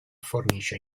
fornisce